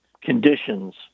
conditions